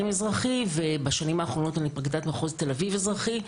אזרחי ובשנים האחרונות אני פרקליטת מחוז תל אביב אזרחי,